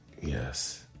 Yes